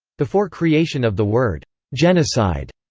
before creation of the word genocide,